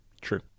True